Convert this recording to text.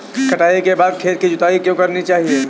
कटाई के बाद खेत की जुताई क्यो करनी चाहिए?